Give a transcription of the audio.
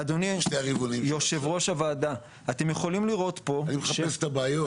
אתם יכולים לראות פה --- אני מחפש את הבעיות.